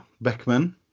Beckman